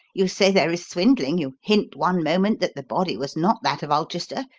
you say there is swindling you hint one moment that the body was not that of ulchester,